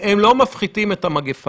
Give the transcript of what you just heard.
הם מורכבים גם מהמגן